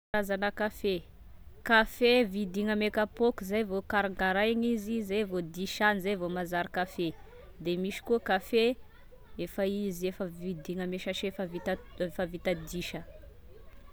Karazana kafe: kafe vidiagna ame kapoaky zay vao karakaraigna izy, zay vao disagna, zay vao manzary kafe, dia misy koa kafe, efa izy efa vidiana ame sase efa vita to- efa vita disa.